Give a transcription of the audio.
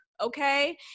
okay